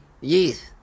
Yes